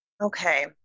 Okay